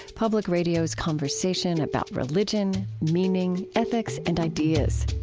public radio's conversation about religion, meaning, ethics, and ideas.